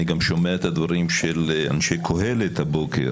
אני גם שומע את הדברים של אנשי קהלת הבוקר,